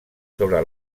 sobre